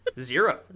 zero